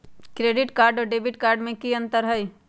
Credit card और debit card में की अंतर हई?